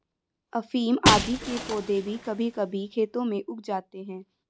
अफीम आदि के पौधे भी कभी कभी खेतों में उग जाते हैं